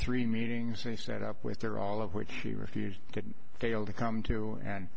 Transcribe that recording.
three meetings they set up with her all of which she refused could fail to come to and